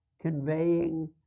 conveying